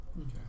Okay